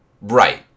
Right